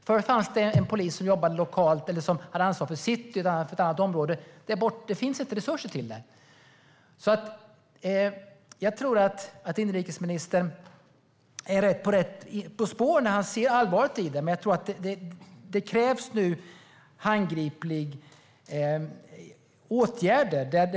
Förut fanns det en polis som jobbade lokalt eller som hade ansvar för city eller något annat område, men det är borta. Det finns inte resurser till det. Jag tror att inrikesministern är på rätt spår när han ser allvaret i det, men nu krävs det handgripliga åtgärder.